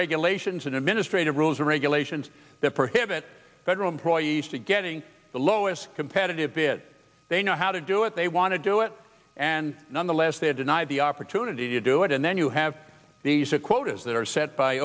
regulations and administrative rules or regulations that prohibit employees to getting the lowest competitive bid they know how to do it they want to do it and nonetheless they are denied the opportunity to do it and then you have these quotas that are set by